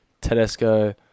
Tedesco